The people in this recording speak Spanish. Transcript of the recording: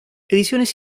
ediciones